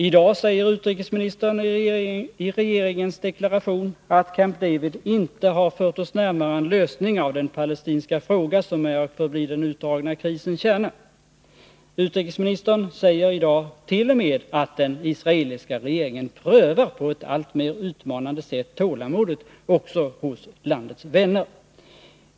I dag säger utrikesministern i regeringens deklaration att Camp David inte har fört oss närmare en lösning av den palestinska fråga som är och förblir den utdragna krisens kärna. Utrikesministern säger i dag t.o.m. att den israeliska regeringen på ett alltmer utmanande sätt prövar tålamodet också hos landets vänner.